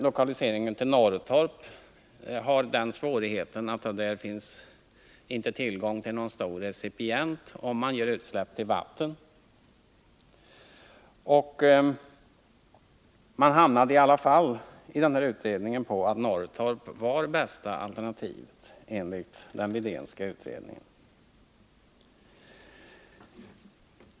Lokalisering till Norrtorp har den svårigheten att där finns inte tillgång till någon stor recipient, om man gör utsläppet i vatten. Utredningsmannen stannade i alla fall för att Norrtorp var bästa alternativet.